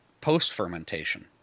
post-fermentation